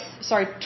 Sorry